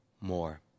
more